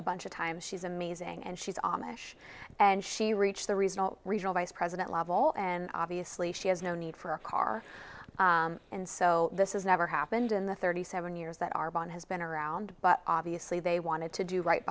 a bunch of times she's amazing and she's amish and she reached the result regional vice president level and obviously she has no need for a car and so this is never happened in the thirty seven years that our bond has been around but obviously they wanted to do right